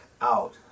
out